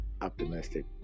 optimistic